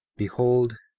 behold,